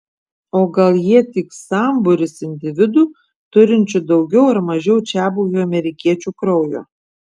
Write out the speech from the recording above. o gal jie tik sambūris individų turinčių daugiau ar mažiau čiabuvių amerikiečių kraujo